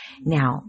Now